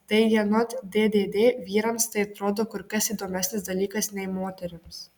taigi anot ddd vyrams tai atrodo kur kas įdomesnis dalykas nei moterims